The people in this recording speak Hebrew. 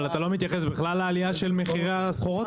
אבל אתה לא מתייחס בכלל לעלייה של מחירי הסחורות?